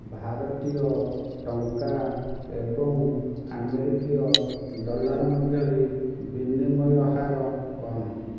ଭାରତୀୟ ଟଙ୍କା ଏବଂ ଆମେରିକୀୟ ଡ଼ଲାର୍ ମଧ୍ୟରେ ବିନିମୟ ହାର କ'ଣ